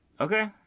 Okay